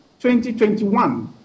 2021